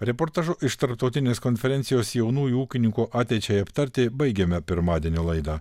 reportažu iš tarptautinės konferencijos jaunųjų ūkininkų ateičiai aptarti baigiame pirmadienio laidą